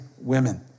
women